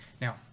Now